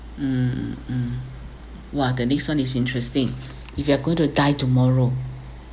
mm mm !wah! the next one is interesting if you are going to die tomorrow